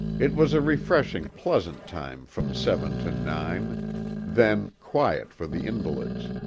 it was a refreshing pleasant time from seven to nine then, quiet for the invalids.